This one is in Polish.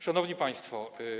Szanowni Państwo!